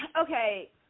Okay